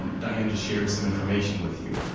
um diane just shared some information with you.